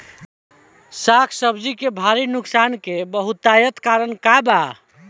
साग सब्जी के भारी नुकसान के बहुतायत कारण का बा?